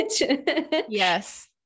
Yes